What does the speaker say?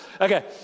Okay